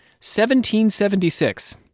1776